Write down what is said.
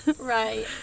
Right